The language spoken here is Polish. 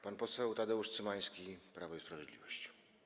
Pan poseł Tadeusz Cymański, Prawo i Sprawiedliwość.